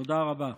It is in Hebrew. תודה רבה.